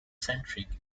centric